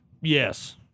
Yes